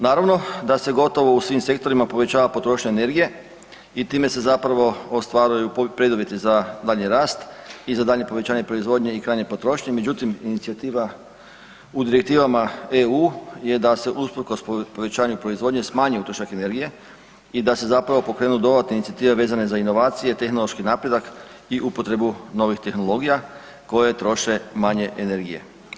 Naravno da se gotovo u svim sektorima povećava potrošnja energije i time se zapravo ostvaruju preduvjeti za daljnji rast i za daljnje povećanje proizvodnje i krajnje potrošnje međutim inicijativa u direktivama EU je da se usprkos povećanju proizvodnje smanji utrošak energije i da se zapravo pokrenu dodatne incijative vezane za inovacije, tehnološki napredak i upotrebu novih tehnologija koje troše manje energije.